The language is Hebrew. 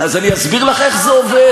אז אני אסביר לך איך זה עובד.